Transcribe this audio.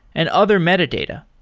and other metadata.